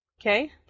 Okay